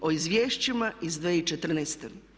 O izvješćima iz 2014.